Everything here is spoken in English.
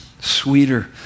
sweeter